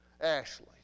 Ashley